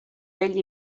vell